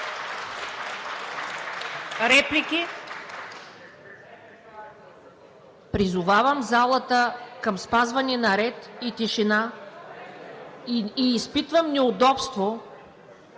Реплики? Призовавам залата към спазване на ред и тишина. И изпитвам неудобство